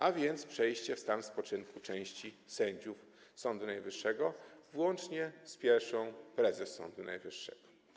a więc przejście w stan spoczynku części sędziów Sądu Najwyższego, włącznie z pierwszą prezes Sądu Najwyższego.